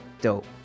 dope